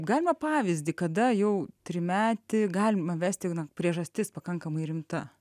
galima pavyzdį kada jau trimetį galima vesti na priežastis pakankamai rimta